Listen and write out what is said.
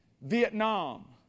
Vietnam